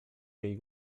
jej